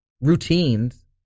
routines